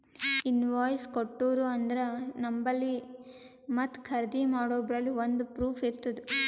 invoice ಕೊಟ್ಟೂರು ಅಂದ್ರ ನಂಬಲ್ಲಿ ಮತ್ತ ಖರ್ದಿ ಮಾಡೋರ್ಬಲ್ಲಿ ಒಂದ್ ಪ್ರೂಫ್ ಇರ್ತುದ್